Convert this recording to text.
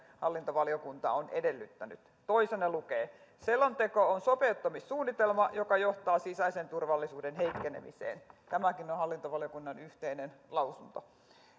hallintovaliokunta on edellyttänyt toisena lukee selonteko on sopeuttamissuunnitelma joka johtaa sisäisen turvallisuuden heikkenemiseen tämäkin on hallintovaliokunnan yhteinen lausunto